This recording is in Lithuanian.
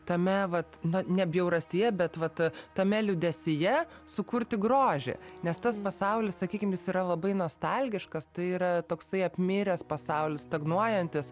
tame vat nu ne bjaurastyje bet vat tame liūdesyje sukurti grožį nes tas pasaulis sakykim jis yra labai nostalgiškas tai yra toksai apmiręs pasaulis stagnuojantis